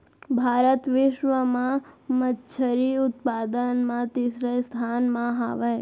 भारत बिश्व मा मच्छरी उत्पादन मा तीसरा स्थान मा हवे